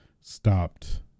stopped